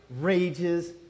rages